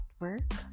work